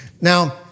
Now